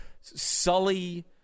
sully